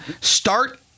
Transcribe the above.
Start